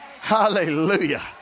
Hallelujah